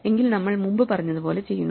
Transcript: എങ്കിൽ നമ്മൾ മുമ്പ് പറഞ്ഞതുപോലെ ചെയ്യുന്നു